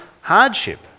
hardship